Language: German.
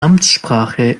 amtssprache